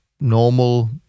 normal